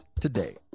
today